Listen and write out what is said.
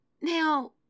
now